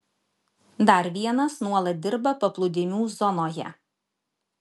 dar vienas nuolat dirba paplūdimių zonoje